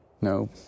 No